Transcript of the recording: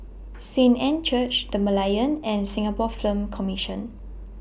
Saint Anne's Church The Merlion and Singapore Film Commission